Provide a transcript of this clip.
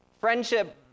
friendship